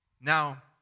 Now